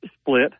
split